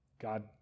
God